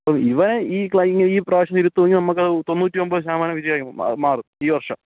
ഇപ്പം ഇവൻ ഈ ഈ പ്രാവശ്യം ഇരിത്തുവെങ്കിൽ നമ്മൾക്ക് അത് തൊണ്ണൂറ്റി ഒൻപത് ശതമാനം വിജയമായി മാറും ഈ വർഷം